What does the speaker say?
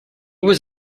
was